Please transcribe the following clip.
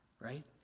right